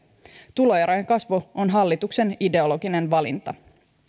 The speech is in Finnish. tuloerojen kasvu on hallituksen ideologinen valinta